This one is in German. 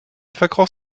verkroch